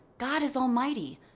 god is almighty.